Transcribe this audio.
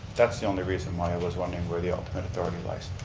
that's the only reason why i was wondering where the ultimate authority lies.